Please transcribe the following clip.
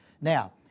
Now